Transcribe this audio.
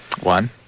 One